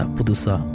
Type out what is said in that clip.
Pudusa